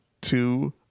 two